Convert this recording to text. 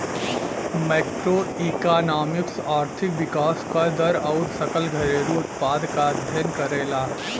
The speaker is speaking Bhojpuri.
मैक्रोइकॉनॉमिक्स आर्थिक विकास क दर आउर सकल घरेलू उत्पाद क अध्ययन करला